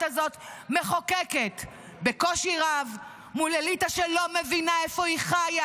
הזאת מחוקקת בקושי רב מול אליטה שלא מבינה איפה היא חיה,